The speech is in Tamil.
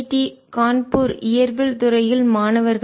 டி கான்பூர் இயற்பியல் துறையில் மாணவர்கள்